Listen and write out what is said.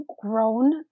grown